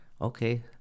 Okay